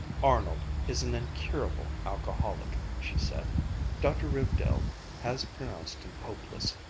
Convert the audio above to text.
arnold is an incurable alcoholic, she said dr. rivedal has pronounced him hopeless.